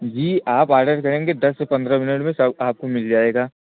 जी आप ऑर्डर करेंगे दस से पंद्रह मिनट में सब आपको मिल जाएगा